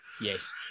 Yes